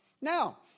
Now